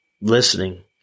listening